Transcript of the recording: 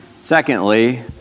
Secondly